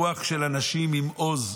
ברוח של אנשים עם עוז,